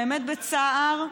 באמת בצער,